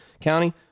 County